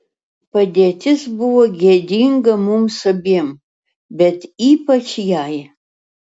padėtis buvo gėdinga mums abiem bet ypač jai